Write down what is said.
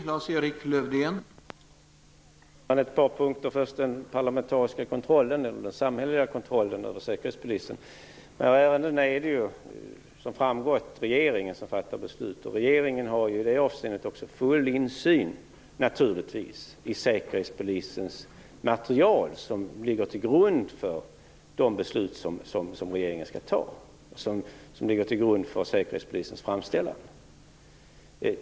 Herr talman! Jag vill bara ta upp ett par punkter, och först gäller det den parlamentariska kontrollen, eller den samhälleliga kontrollen, över Säkerhetspolisen. Här är det ju som framgått regeringen som fattar beslut. Regeringen har i det avseendet naturligtvis också full insyn i Säkerhetspolisens material, som ligger till grund för de beslut som regeringen skall fatta och för Säkerhetspolisens framställan.